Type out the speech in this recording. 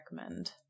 recommend